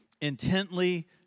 intently